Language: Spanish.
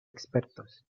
expertos